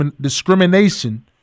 discrimination